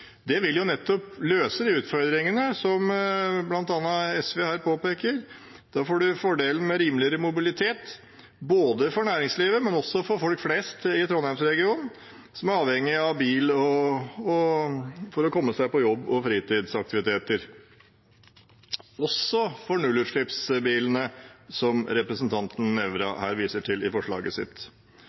Det vil nettopp løse de utfordringene som bl.a. SV her påpeker. Da får man fordelen med rimeligere mobilitet for næringslivet, men også for folk flest i Trondheims-regionen, som er avhengige av bil for å komme seg på jobb og fritidsaktiviteter – også for nullutslippsbilene, som representanten Nævra her viser til i forslaget sitt.